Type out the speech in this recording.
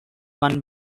won